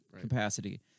capacity